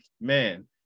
man